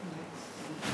I see